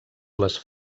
les